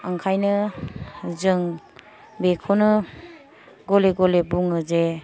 ओंखायनो जों बेखौनो गले गले बुङो जे